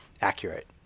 accurate